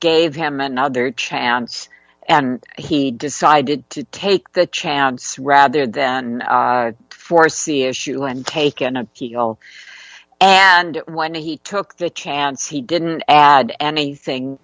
gave him another chance and he decided to take the chance rather than foresee issue and taken a key goal and when he took the chance he didn't add anything